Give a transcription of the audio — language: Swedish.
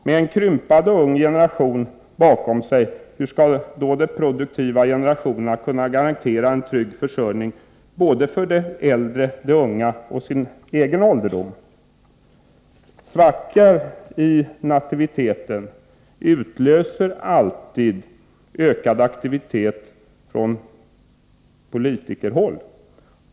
Hur skall de produktiva generationerna, med en krympande ung generation bakom sig, kunna garantera en trygg försörjning för de äldre, för de unga och när det gäller sin egen ålderdom? En svacka i nativiteten utlöser alltid ökad aktivitet från politikerhåll.